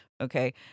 Okay